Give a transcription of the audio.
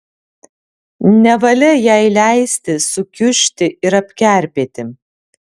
nevalia jai leisti sukiužti ir apkerpėti